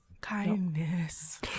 Kindness